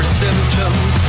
symptoms